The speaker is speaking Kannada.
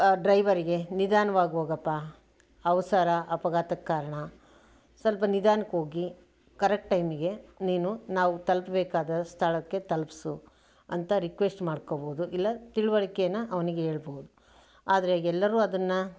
ಆ ಡ್ರೈವರ್ಗೆ ನಿಧಾನವಾಗಿ ಹೋಗಪ್ಪ ಅವಸರ ಅಪಘಾತಕ್ಕೆ ಕಾರಣ ಸ್ವಲ್ಪ ನಿಧಾನಕ್ಕೆ ಹೋಗಿ ಕರೆಕ್ಟ್ ಟೈಮಿಗೆ ನೀನು ನಾವು ತಲುಪಬೇಕಾದ ಸ್ಥಳಕ್ಕೆ ತಲುಪಿಸು ಅಂತ ರಿಕ್ವೆಸ್ಟ್ ಮಾಡ್ಕೋಬೋದು ಇಲ್ಲ ತಿಳುವಳಿಕೇನ ಅವನಿಗೆ ಹೇಳ್ಬೋದು ಆದರೆ ಎಲ್ಲರೂ ಅದನ್ನು